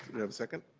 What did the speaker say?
we have a second?